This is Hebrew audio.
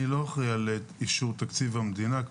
אני לא אחראי על אישור תקציב המדינה,